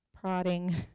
prodding